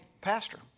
pastor